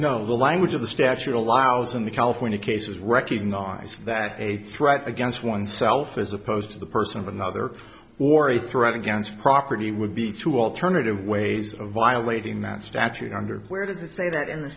know the language of the statute allows in the california cases recognize that a threat against oneself as opposed to the person of another or a threat against property would be to alternative ways of violating that statute under where does it say that in